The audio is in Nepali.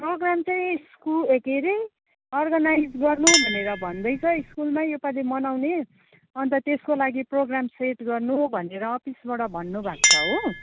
प्रोग्राम चाहिँ स्कुल ए के अरे अर्गनाइज गर्नु भनेर भन्दैछ स्कुलमा यो पालि मनाउने अन्त त्यसको लागि प्रोग्राम सेट गर्नु भनेर अफिसबाट भन्नुभएको छ हो